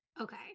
okay